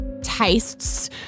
tastes